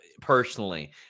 personally